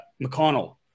McConnell